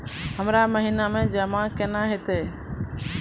हमरा महिना मे जमा केना हेतै?